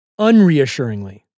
unreassuringly